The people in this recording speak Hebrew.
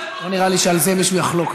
לא נראה לי שעל זה מישהו יחלוק.